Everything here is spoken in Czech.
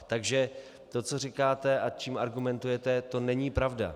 Takže to, co říkáte a čím argumentujete, to není pravda.